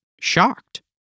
shocked